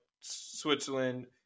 Switzerland